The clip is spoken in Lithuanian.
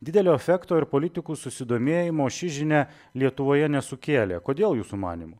didelio efekto ir politikų susidomėjimo ši žinia lietuvoje nesukėlė kodėl jūsų manymu